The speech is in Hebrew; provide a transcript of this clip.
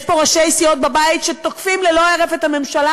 יש פה ראשי סיעות בבית שתוקפים ללא הרף את הממשלה,